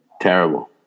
Terrible